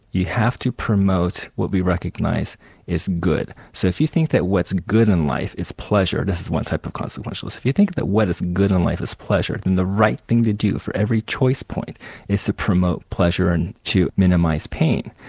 you have to promote what we recognise is good. so if you think that what's good in life is pleasure, this is one type of consequentialist, if you think that what is good in life is pleasure, then the right thing to do for every choice point is to promote pleasure and to minimise pain.